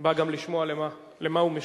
בא גם לשמוע על מה הוא משיב,